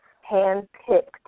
hand-picked